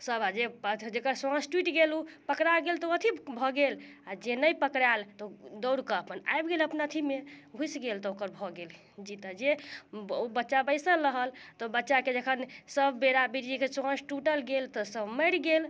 सभ आ अच्छा जेकर साँस टूट गेल ओ पकड़ा गेल तऽ ओ अथि भऽ गेल आ जे पनहि कड़ाएल तऽ दौड़के अपन आबि गेल अपन अथिमे घुसि गेल तऽ ओकर भऽ गेल जीत जे बच्चा बैसल रहल तऽ बच्चाके जखन सभ बेरा बेरी जेकर साँस टूटल गेल तऽ सभ मरि गेल